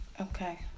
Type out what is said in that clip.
Okay